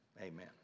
amen